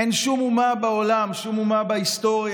אין שום אומה בעולם, שום אומה בהיסטוריה,